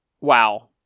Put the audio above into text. wow